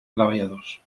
treballadors